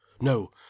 No